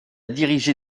dirigé